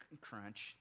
Crunch